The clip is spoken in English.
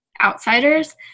outsiders